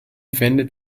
wendet